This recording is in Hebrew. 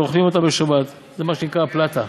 ואוכלין אותה בשבת" זה מה שנקרא פלטה,